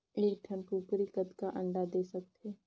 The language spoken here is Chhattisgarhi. एक ठन कूकरी कतका अंडा दे सकथे?